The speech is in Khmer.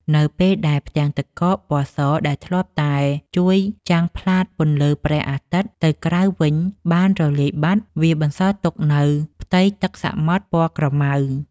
នៅពេលដែលផ្ទាំងទឹកកកពណ៌សដែលធ្លាប់តែជួយចាំងផ្លាតពន្លឺព្រះអាទិត្យទៅក្រៅវិញបានរលាយបាត់ វាបានបន្សល់ទុកនូវផ្ទៃទឹកសមុទ្រពណ៌ក្រម៉ៅ។